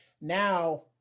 Now